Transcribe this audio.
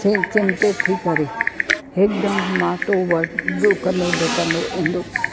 चिंतित थी करे हिकदमि मां तव्हां वटि ॾुकंदो ॾुकंदो ईंदुसि